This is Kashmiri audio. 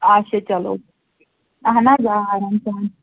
اَچھا چلو اَہَن حظ آ آرام سان